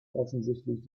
offensichtlich